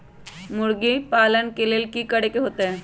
मुर्गी पालन ले कि करे के होतै?